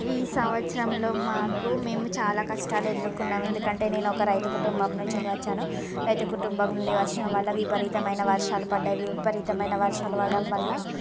ఈ సంవత్సరంలో మాకు మేము చాలా కష్టాలు ఎదుర్కొన్నాం ఎందుకంటే నేను ఒక రైతు కుటుంబం నుంచి వెళ్ళి వచ్చాను రైతు కుటుంబం నుండి వచ్చిన వల్ల విపరీతమైన వర్షాలు పడినాయి విపరీతమైన వర్షాలు పడడం వల్ల